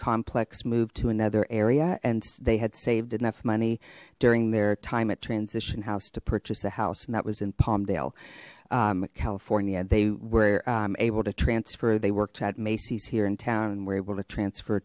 complex moved to another area and they had saved enough money during their time at transition house to purchase a house and that was in palmdale california they were able to transfer they work to add macy's here in town and were able to transfer